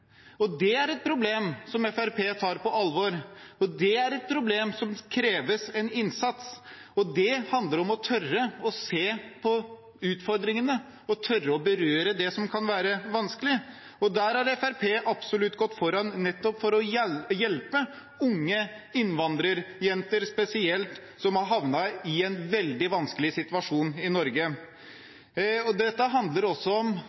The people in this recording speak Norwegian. norske. Det er et problem som Fremskrittspartiet tar på alvor, og det er et problem som krever en innsats. Det handler om å tørre å se på utfordringene og å tørre å berøre det som kan være vanskelig. Der har Fremskrittspartiet absolutt gått foran, nettopp for å hjelpe unge innvandrerjenter spesielt, som har havnet i en veldig vanskelig situasjon i Norge.